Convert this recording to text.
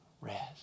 Rest